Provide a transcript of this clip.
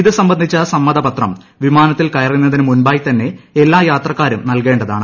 ഇത് സംബന്ധിച്ച സമ്മതപത്രം വിമാനത്തിൽ കയറുന്നതിനു മുൻപായിത്തന്നെ എല്ലാ യാത്രക്കാരും നൽകേണ്ടതാണ്